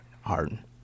Harden